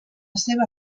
seva